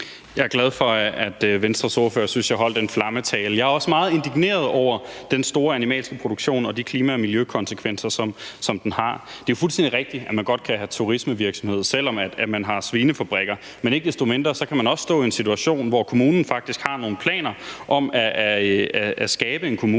Jeg er glad for, at Venstres ordfører synes, jeg holdt en flammetale. Jeg er også meget indigneret over den store animalske produktion og de klima- og miljøkonsekvenser, som den har. Det er fuldstændig rigtigt, at man godt kan have turismevirksomhed, selv om man har svinefabrikker, men ikke desto mindre kan man også stå i en situation, hvor kommunen faktisk har nogle planer om at skabe en kommune,